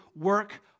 work